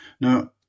Now